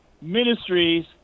Ministries